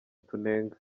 tunenga